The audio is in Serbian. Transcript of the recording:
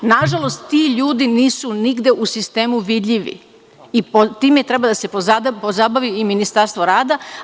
Nažalost, ti ljudi nisu nigde u sistemu vidljivi i time treba da se pozabavi i Ministarstvo rada.